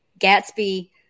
Gatsby